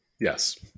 Yes